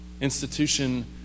institution